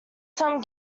some